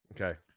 Okay